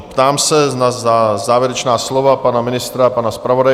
Ptám se na závěrečná slova pana ministra, pana zpravodaje.